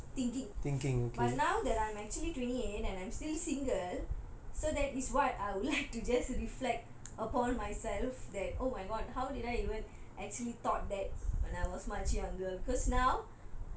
thinking but now that I am actually twenty eight and I am still single so that is what I would like to just reflect upon myself that oh my god how did I even actually thought that when I was much younger because now